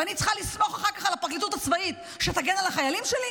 ואני צריכה לסמוך אחר כך על הפרקליטות הצבאית שתגן על החיילים שלי,